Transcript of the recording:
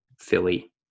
Philly